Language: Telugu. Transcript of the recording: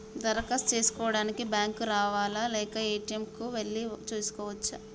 దరఖాస్తు చేసుకోవడానికి బ్యాంక్ కు రావాలా లేక ఏ.టి.ఎమ్ కు వెళ్లి చేసుకోవచ్చా?